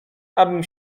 abym